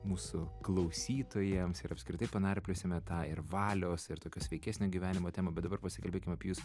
mūsų klausytojams ir apskritai panarpliosime tą ir valios ir tokio sveikesnio gyvenimo temą bet dabar pasikalbėkim apie jus